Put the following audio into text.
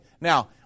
Now